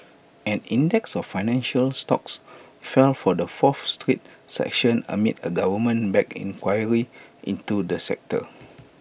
an index of financial stocks fell for the fourth straight session amid A government backed inquiry into the sector